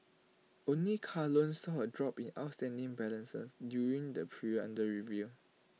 only car loans saw A drop in outstanding balances during the period under review